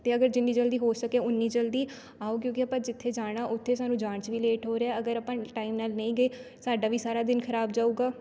ਅਤੇ ਅਗਰ ਜਿੰਨੀ ਜਲਦੀ ਹੋ ਸਕੇ ਉਨੀ ਜਲਦੀ ਆਓ ਕਿਉਂਕਿ ਆਪਾਂ ਜਿੱਥੇ ਜਾਣਾ ਉੱਥੇ ਸਾਨੂੰ ਜਾਣ 'ਚ ਵੀ ਲੇਟ ਹੋ ਰਿਹਾ ਅਗਰ ਆਪਾਂ ਟਾਈਮ ਨਾਲ਼ ਨਹੀਂ ਗਏ ਸਾਡਾ ਵੀ ਸਾਰਾ ਦਿਨ ਖਰਾਬ ਜਾਵੇਗਾ